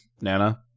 nana